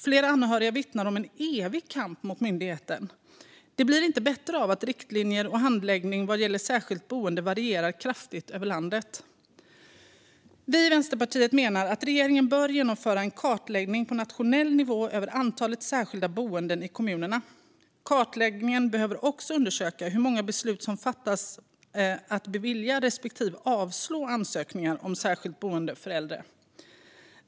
Flera anhöriga vittnar om en evig kamp mot myndigheterna. Det blir inte bättre av att riktlinjer och handläggning vad gäller särskilt boende varierar kraftigt över landet. Vi i Vänsterpartiet menar att regeringen bör genomföra en kartläggning på nationell nivå över antalet särskilda boenden i kommunerna. Kartläggningen behöver också undersöka hur många beslut som fattas om att bevilja respektive avslå ansökningar om särskilt boende för äldre.